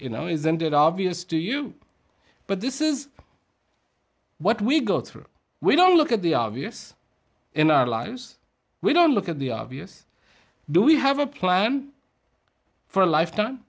you know isn't it obvious to you but this is what we go through we don't look at the obvious in our lives we don't look at the obvious do we have a plan for a lifetime